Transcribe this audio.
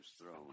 throne